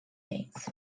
things